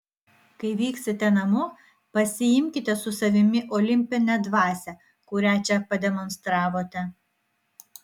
kai vyksite namo pasiimkite su savimi olimpinę dvasią kurią čia pademonstravote